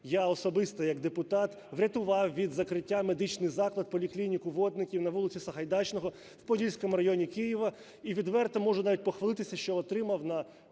Я особисто як депутат врятував від закриття медичний заклад - поліклініку водників на вулиці Сагайдачного в Подільському районі Києва. І відверто можу навіть похвалитися, що отримав